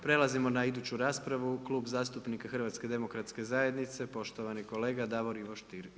Prelazimo na iduću raspravu Klub zastupnika HDZ-a, poštovani kolega Davor Ivo Stier.